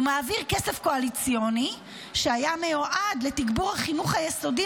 הוא מעביר כסף קואליציוני שהיה מיועד לתגבור החינוך היסודי